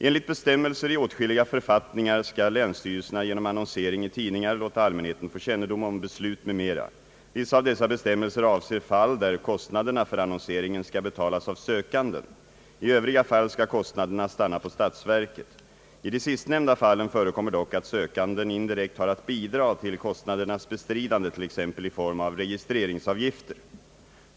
Enligt bestämmelser i åtskilliga författningar skall länsstyrelserna genom annonsering i tidningar låta allmänheten få kännedom om beslut m. m, Vissa av dessa bestämmelser avser fall där kostnaderna för annonseringen skall betalas av sökanden. I övriga fall skall kostnaderna stanna på statsverket. I de sistnämnda fallen förekommer dock att sökanden indirekt har att bidra till kostnadernas bestridande t.ex. i form av registreringsavgifter.